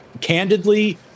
candidly